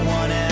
one